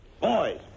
Boys